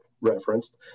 referenced